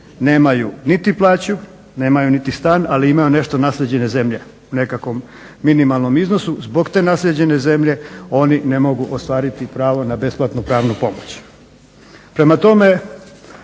nemaju niti plaću, nemaju niti stan, ali imaju nešto naslijeđene zemlje u nekakvom minimalnom iznosu. Zbog te naslijeđene zemlje oni ne mogu ostvariti pravo na besplatnu pravnu pomoć.